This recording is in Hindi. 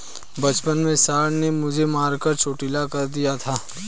बचपन में सांड ने मुझे मारकर चोटील कर दिया था